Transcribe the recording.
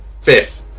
fifth